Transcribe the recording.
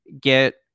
get